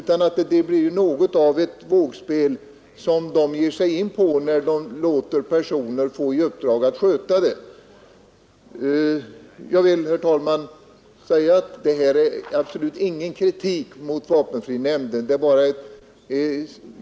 Det blir ett vågspel som den ger sig in på, när den ger personer i uppdrag att sköta dessa utredningar. Jag vill, herr talman, säga att detta inte är någon kritik mot vapenfrinämnden.